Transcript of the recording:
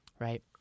right